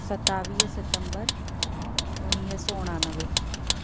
सतावीह सितंबर उणिवीह सौ उणानवे